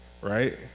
right